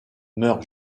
meurt